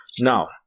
Now